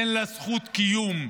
אין לה זכות קיום,